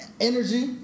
energy